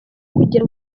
kugira